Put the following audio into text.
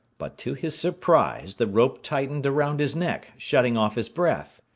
but to his surprise the rope tightened around his neck, shutting off his breath.